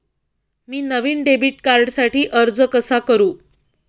मी नवीन डेबिट कार्डसाठी अर्ज कसा करू?